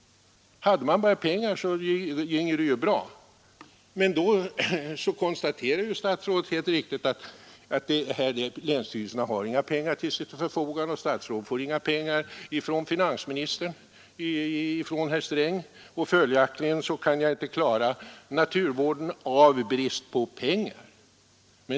Hade man bara pengar ginge det bra. Statsrådet konstaterar helt riktigt att länsstyrelserna inte har pengar till sitt förfogande, vilket i sin tur innebär att länsstyrelserna inte får några pengar från herr Sträng för ändamålet. Följaktligen kan man inte klara naturvården på grund av brist på pengar.